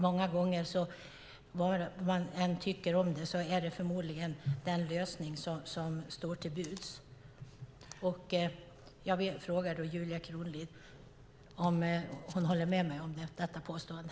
Många gånger, vad man än tycker om det, är det förmodligen den lösning som står till buds. Jag frågar då Julia Kronlid om hon håller med mig om detta påstående.